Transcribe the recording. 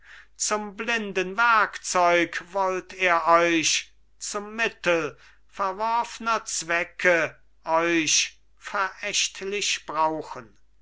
zum blinden werkzeug wollt er euch zum mittel verworfner zwecke euch verächtlich brauchen